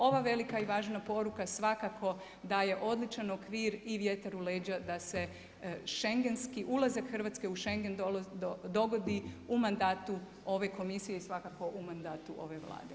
Ova velika i važna poruka svakako daje odličan okvir i vjetar u leđa da se schengenski, ulazak Hrvatske u Schengen dogodi u mandatu ove Komisije i svakako u mandatu ove Vlade.